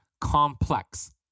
Complex